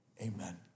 Amen